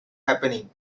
happening